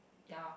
ya